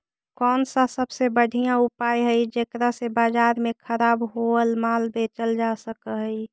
कौन सा सबसे बढ़िया उपाय हई जेकरा से बाजार में खराब होअल माल बेचल जा सक हई?